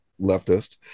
leftist